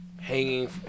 Hanging